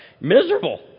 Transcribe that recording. miserable